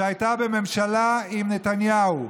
שהייתה בממשלה עם נתניהו,